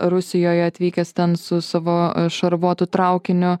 rusijoj atvykęs ten su savo šarvuotu traukiniu